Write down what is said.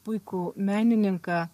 puikų menininką